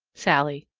sallie.